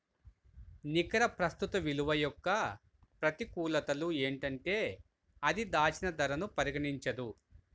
నికర ప్రస్తుత విలువ యొక్క ప్రతికూలతలు ఏంటంటే అది దాచిన ధరను పరిగణించదు